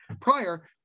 prior